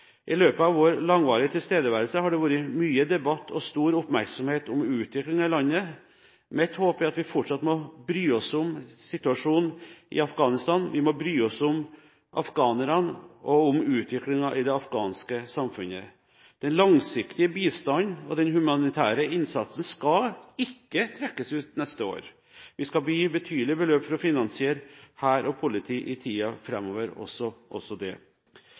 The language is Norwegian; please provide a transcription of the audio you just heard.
I løpet av vår langvarige tilstedeværelse har det vært mye debatt og stor oppmerksomhet om utviklingen i landet. Mitt håp er at vi fortsatt må bry oss om situasjonen i Afghanistan, vi må bry oss om afghanerne, og vi må bry oss om utviklingen i det afghanske samfunnet. Den langsiktige bistanden og den humanitære innsatsen skal ikke trekkes ut til neste år. Vi skal gi betydelige beløp for å finansiere Hæren og politiet i